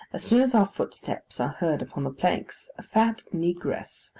as soon as our footsteps are heard upon the planks, a fat negress,